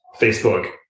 Facebook